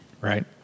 right